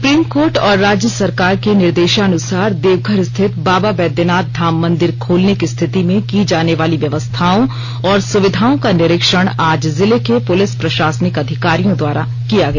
supreme Court और राज्य सरकार के निर्देशानुसार देवघर स्थित बाबा बैद्यनाथ धाम मंदिर खोलने की स्थिति में की जाने वाली व्यवस्थाओं और सुविधाओं का निरीक्षण आज जिले के पुलिस प्रशासनिक अधिकारियों द्वारा किया गया